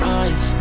eyes